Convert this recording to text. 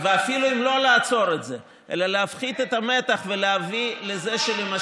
אפילו אם לא לעצור את זה אלא להפחית את המתח ולהביא לזה שלמשל,